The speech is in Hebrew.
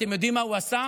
אתם יודעים מה הוא עשה?